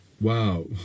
wow